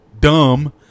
Dumb